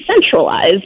centralized